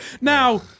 Now